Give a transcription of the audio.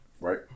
Right